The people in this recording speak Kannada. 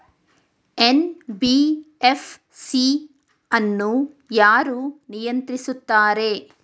ಎನ್.ಬಿ.ಎಫ್.ಸಿ ಅನ್ನು ಯಾರು ನಿಯಂತ್ರಿಸುತ್ತಾರೆ?